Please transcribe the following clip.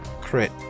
crit